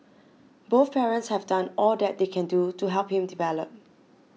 both parents have done all that they can do to help him develop